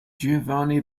giovanni